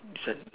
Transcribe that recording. this one